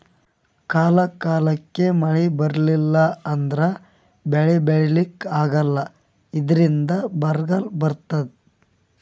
ಕಾಲ್ ಕಾಲಕ್ಕ್ ಮಳಿ ಬರ್ಲಿಲ್ಲ ಅಂದ್ರ ಬೆಳಿ ಬೆಳಿಲಿಕ್ಕ್ ಆಗಲ್ಲ ಇದ್ರಿಂದ್ ಬರ್ಗಾಲ್ ಬರ್ತದ್